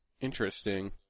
Interesting